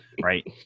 right